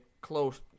close